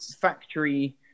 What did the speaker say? factory